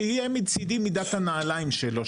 שיהיה מצידי מידת הנעליים שלו,